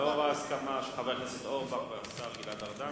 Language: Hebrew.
לאור ההסכמה של חבר הכנסת אורבך והשר גלעד ארדן,